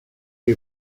the